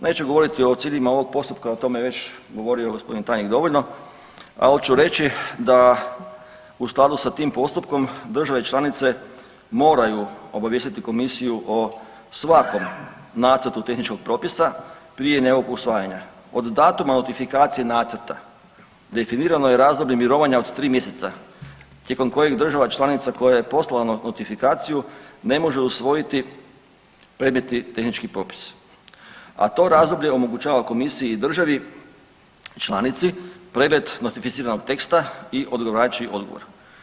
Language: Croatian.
Neću govoriti o ciljevima ovog postupka, o tome je već govorio gospodin tajnik dovoljno ali hoću reći da u skladu sa tim postupkom države članice moraju obavijestiti Komisiju o svakom nacrtu tehničkog propisa prije njegovog usvajanja definirano je razdoblje mirovanja od tri mjeseca tijekom kojeg država članica koja je poslala notifikaciju ne može usvojiti predmetni tehnički propis, a to razdoblje omogućava Komisiji i državi članici pregled notificiranog teksta i odgovarajući odgovor.